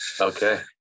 Okay